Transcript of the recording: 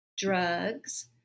Drugs